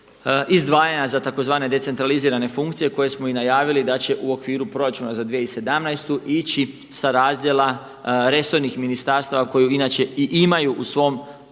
izdvajanja za tzv. decentralizirane funkcije koje smo i najavili da će u okviru proračuna za 2017. ići sa razdjela resornih ministarstava koji inače i imaju u svom